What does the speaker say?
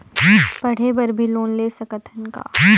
पढ़े बर भी लोन ले सकत हन का?